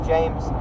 James